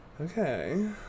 Okay